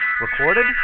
Recorded